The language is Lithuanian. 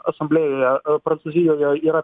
asamblėjoje prancūzijoje yra